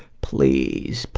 please,